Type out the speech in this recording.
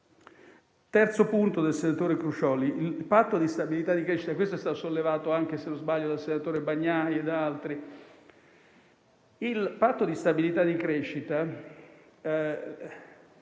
Il Patto di stabilità e di crescita,